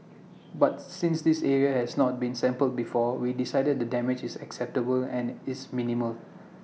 but since this area has not been sampled before we decided the damage is acceptable and it's minimal